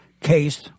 case